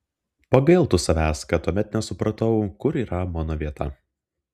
pagailtų savęs kad tuomet nesupratau kur yra mano vieta